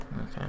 Okay